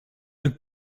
een